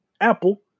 Apple